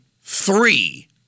three